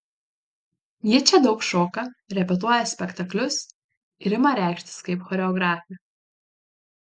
ji čia daug šoka repetuoja spektaklius ir ima reikštis kaip choreografė